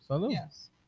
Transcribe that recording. Yes